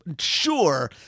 Sure